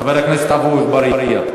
חבר הכנסת עפו אגבאריה.